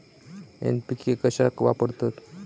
NPK कशाक वापरतत?